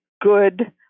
good